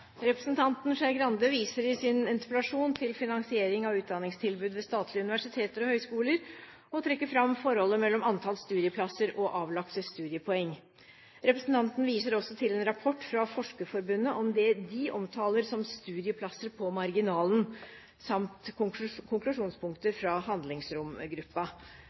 Representanten Skei Grande viser i sin interpellasjon til finansiering av utdanningstilbud ved statlige universiteter og høyskoler, og trekker fram forholdet mellom antall studieplasser og avlagte studiepoeng. Representanten viser også til en rapport fra Forskerforbundet om det de omtaler som studieplasser på marginalen, samt konklusjonspunkter fra